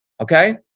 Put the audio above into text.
okay